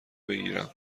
بگیرم